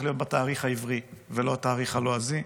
להיות בתאריך העברי ולא בתאריך הלועזי,